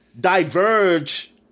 diverge